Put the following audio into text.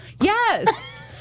Yes